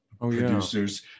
producers